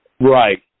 Right